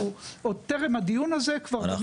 עוד טרם הדיון הזה כבר בנינו את התוכנית